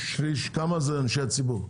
כמה זה אנשי הציבור?